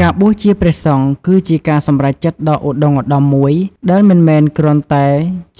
ការបួសជាព្រះសង្ឃ គឺជាការសម្រេចចិត្តដ៏ឧត្តុង្គឧត្តមមួយ ដែលមិនមែនគ្រាន់តែ